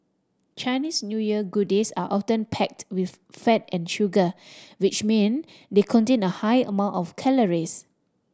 Chinese New Year goodies are often packed with fat and sugar which mean they contain a high amount of calories